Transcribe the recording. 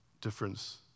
difference